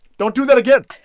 don't do that again.